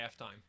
halftime